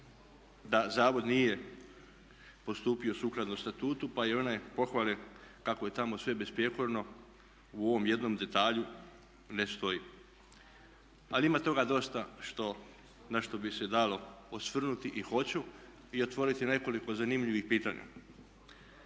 da zavod nije postupio sukladno Statutu, pa i one pohvale kako je tamo sve besprijekorno u ovom jednom detalju ne stoji. Ali ima toga dosta na što bi se dalo osvrnuti i hoću i otvoriti nekoliko zanimljivih pitanja.